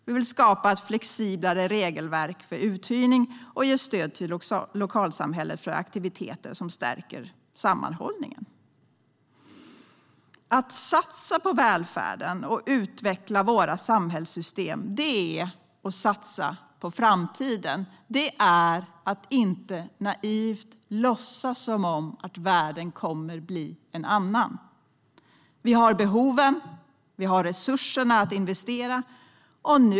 Vi vill skapa ett flexiblare regelverk för uthyrning och ge stöd till lokalsamhället för aktiviteter som stärker sammanhållningen. Att satsa på välfärden och utveckla våra samhällssystem är att satsa på framtiden. Det är att inte naivt låtsas som att världen kommer att bli en annan. Vi har behoven, och vi har resurserna att investera.